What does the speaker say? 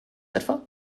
etwa